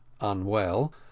unwell